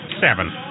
seven